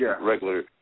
regular